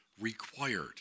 required